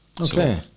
Okay